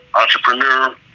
entrepreneur